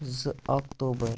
زٕ اکتوٗبَر